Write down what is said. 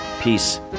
Peace